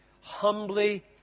humbly